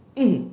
mm